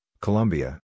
Colombia